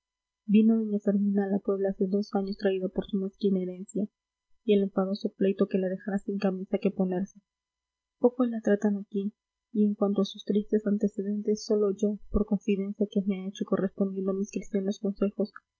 vino doña fermina a la puebla hace dos años traída por su mezquina herencia y el enfadoso pleito que la dejara sin camisa que ponerse pocos la tratan aquí y en cuanto a sus tristes antecedentes sólo yo por confidencia que me ha hecho correspondiendo a mis cristianos consejos